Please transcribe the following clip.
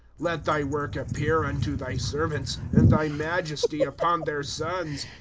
let thy work appear unto thy servants. and thy majesty upon their sons.